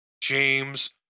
James